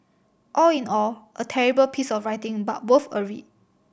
all in all a terrible piece of writing but worth a read